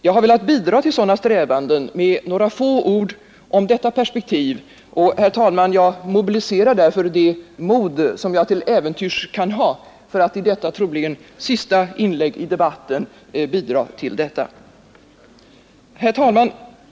Jag har velat bidra till sådana strävanden, och jag mobiliserar därför, herr talman, det mod som jag till äventyrs kan ha för att i detta troligen sista inlägg i debatten anföra några få ord om detta perspektiv. Herr talman!